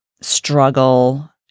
struggle